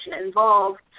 involved